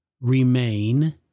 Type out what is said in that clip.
remain